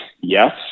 Yes